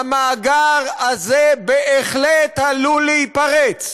המאגר הזה בהחלט עלול להיפרץ.